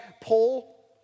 Paul